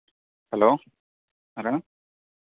hello